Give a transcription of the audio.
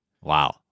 Wow